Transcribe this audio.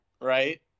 right